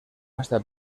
hasta